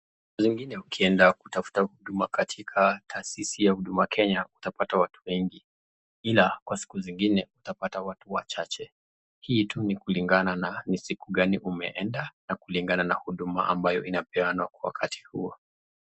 Saa zingine ukienda kutafuta huduma katika taasisi huduma kenya, saa zingine utapata watu wengi ila kwa siku zingine utapata watu wachache. Hii tu ni kulingana na ni siku gani umeenda na kulingana na huduma ambayo inapeanwa kwa wakati huo.